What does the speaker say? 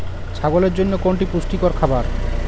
ছাগলের জন্য কোনটি পুষ্টিকর খাবার?